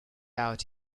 out